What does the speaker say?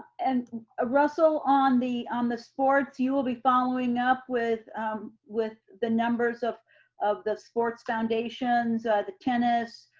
and ah russell, on the on the sports, you will be following up with with the numbers of of the sports foundations, the tennis,